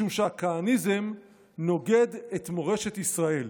משום שהכהניזם נוגד את מורשת ישראל".